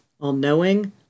all-knowing